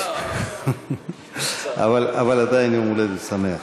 זה, אבל עדיין, יום-הולדת שמח.